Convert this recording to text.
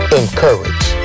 encourage